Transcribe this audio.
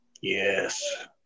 Yes